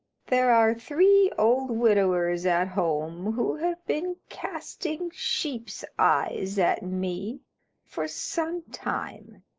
there are three old widowers at home who have been casting sheep's eyes at me for some time.